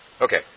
Okay